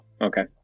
okay